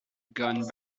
gone